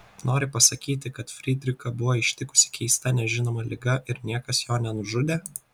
nori pasakyti kad frydrichą buvo ištikusi keista nežinoma liga ir niekas jo nenužudė